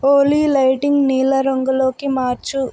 ఓలీ లైటింగ్ని నీల రంగులోకి మార్చు